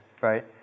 right